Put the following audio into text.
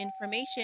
information